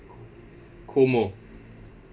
COMO